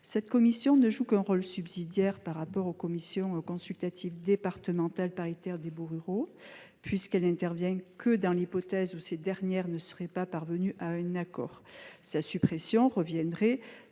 Elle ne joue qu'un rôle subsidiaire par rapport aux commissions consultatives paritaires départementales des baux ruraux, puisqu'elle n'intervient que dans l'hypothèse où ces dernières ne seraient pas parvenues à un accord. La supprimer reviendrait